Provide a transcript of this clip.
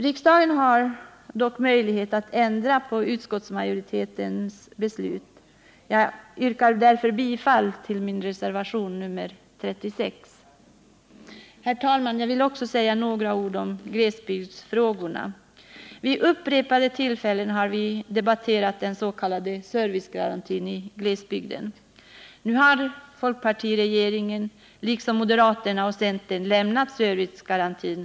Riksdagen har dock möjlighet att ändra utskottsmajoritetens beslut. Jag yrkar därför bifall till min reservation, nr 36. Herr talman! Jag skall också säga några ord om glesbygdsfrågorna. Vid upprepade tillfällen har vi debatterat den s.k. servicegarantin i glesbygden. Nu har folkpartiregeringen liksom moderaterna och centern lämnat servicegarantin.